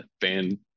fan